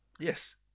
Yes